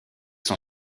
son